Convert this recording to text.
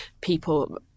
people